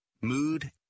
mood